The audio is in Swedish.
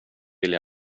ville